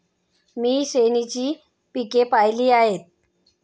मी श्रेणीची पिके पाहिली आहेत